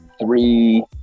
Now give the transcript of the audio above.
three